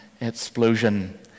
explosion